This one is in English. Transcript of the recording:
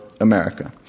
America